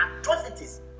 atrocities